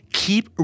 keep